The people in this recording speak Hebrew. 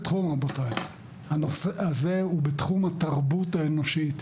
הנושא הזה הוא בתחום התרבות האנושית.